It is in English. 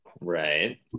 Right